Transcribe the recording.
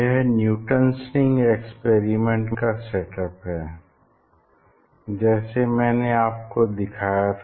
यह Newton's ring experiment का set up है जैसा मैंने आपको दिखाया था